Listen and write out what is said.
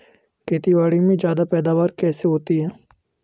खेतीबाड़ी में ज्यादा पैदावार कैसे होती है?